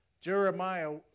Jeremiah